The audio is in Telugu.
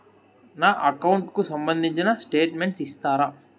నా అకౌంట్ కు సంబంధించిన స్టేట్మెంట్స్ ఇస్తారా